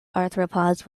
arthropods